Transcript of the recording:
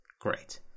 Great